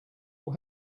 will